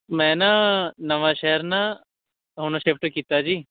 ਮੈਂ ਨਾ ਨਵਾਂ ਸ਼ਹਿਰ ਨਾ ਹੁਣ ਸ਼ਿਫਟ ਕੀਤਾ ਜੀ